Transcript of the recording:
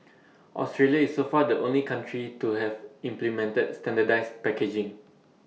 Australia is so far the only country to have implemented standardised packaging